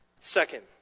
Second